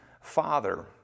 Father